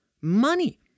Money